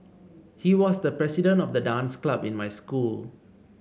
he was the president of the dance club in my school